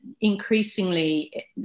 increasingly